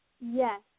Yes